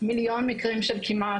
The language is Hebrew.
מיליון מקרים של כמעט.